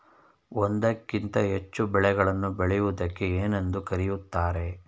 ಒಂದಕ್ಕಿಂತ ಹೆಚ್ಚು ಬೆಳೆಗಳನ್ನು ಬೆಳೆಯುವುದಕ್ಕೆ ಏನೆಂದು ಕರೆಯುತ್ತಾರೆ?